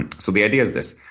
and so the idea is this.